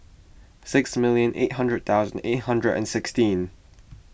six million eight thousand eight hundred and sixteen